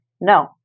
No